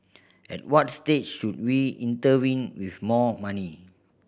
at what stage should we intervene with more money